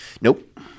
nope